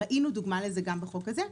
ראינו דוגמה לזה גם בחוק הזה.